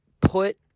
put